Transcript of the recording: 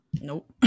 Nope